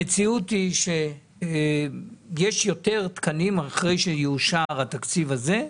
המציאות היא שיש יותר תקנים אחרי שיאושר התקציב הזה,